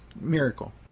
Miracle